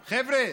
חבר'ה,